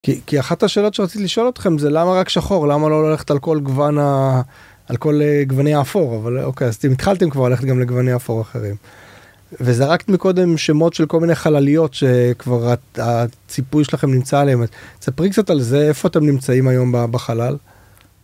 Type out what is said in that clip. כי אחת השאלות שרציתי לשאול אתכם זה למה רק שחור למה לא ללכת על כל גוון על כל גווני האפור אבל אוקיי אז אתם התחלתם כבר ללכת גם לגווני אפור אחרים. וזרקת מקודם שמות של כל מיני חלליות שכבר הציפוי שלכם נמצא עליהם ספרי קצת על זה איפה אתם נמצאים היום בחלל.